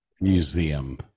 Museum